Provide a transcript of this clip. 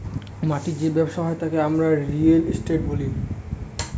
মাটির যে ব্যবসা হয় তাকে আমরা রিয়েল এস্টেট বলি